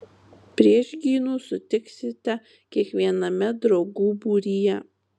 priešgynų sutiksite kiekviename draugų būryje